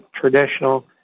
traditional